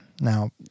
Now